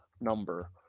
number